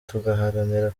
tugaharanira